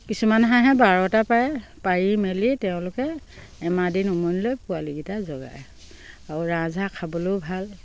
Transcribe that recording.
কিছুমান হাঁহে বাৰটা পাৰে পাৰি মেলি তেওঁলোকে এমাহ দিন উমনি লৈ পোৱালিকেইটা জগাই আৰু ৰাজহাঁহ খাবলৈও ভাল